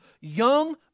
young